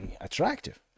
attractive